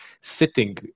sitting